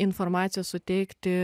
informacijos suteikti